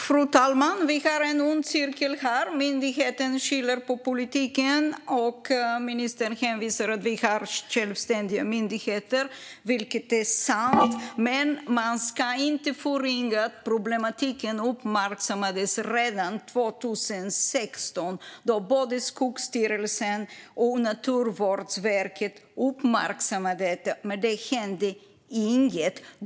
Fru talman! Vi har en ond cirkel här. Myndigheten skyller på politiken, och ministern hänvisar till att vi har självständiga myndigheter, vilket är sant. Men man ska inte förringa att problematiken uppmärksammades redan 2016 av både Skogsstyrelsen och Naturvårdsverket. Inget hände dock.